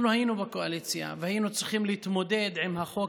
אנחנו היינו בקואליציה והיינו צריכים להתמודד עם החוק